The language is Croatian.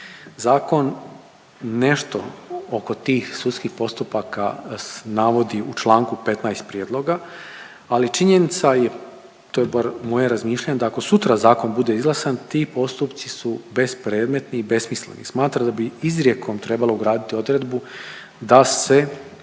Zakon nešto oko tih sudskih postupaka navodi u čl. 15 prijedloga, ali činjenica je, to je bar moje razmišljanje, da ako sutra zakon bude izglasan, ti postupci su bespredmetni i besmisleni. Smatram da bi izrijekom trebalo ugraditi odredbu da se